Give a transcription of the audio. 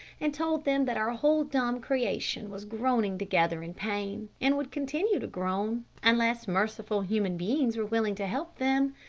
and told them that our whole dumb creation was groaning together in pain, and would continue to groan, unless merciful human beings were willing to help them.